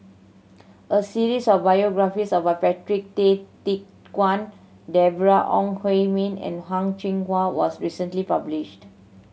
a series of biographies about Patrick Tay Teck Guan Deborah Ong Hui Min and Hang Chang Chieh was recently published